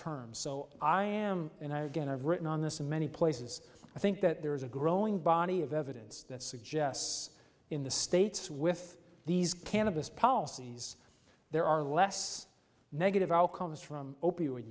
terms so i am and i again i've written on this and many places i think that there is a growing body of evidence that suggests in the states with these cannabis policies there are less negative outcomes from opi